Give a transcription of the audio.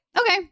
okay